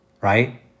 right